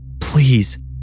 Please